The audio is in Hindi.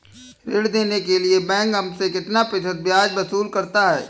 ऋण देने के लिए बैंक हमसे कितना प्रतिशत ब्याज वसूल करता है?